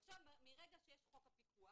עכשיו, מרגע שיש חוק הפיקוח